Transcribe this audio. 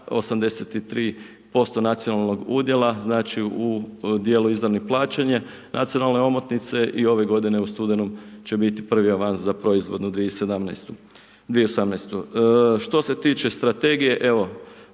83% nacionalnog udjela, znači u djelu izravno plaćanje, nacionalne omotnice i ove godine u studenom će biti prvi avans za proizvodnu 2018. Što se tiče strategije evo,